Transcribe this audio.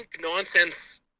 nonsense